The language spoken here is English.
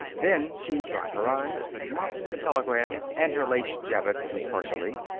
then she dried her eyes, mopped the telegram and her lace jabot impartially,